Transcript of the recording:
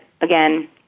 again